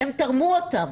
הם תרמו אותם